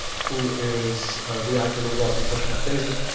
who is the actor who is also in pushing up daisies,